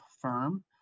firm